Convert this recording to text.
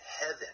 heaven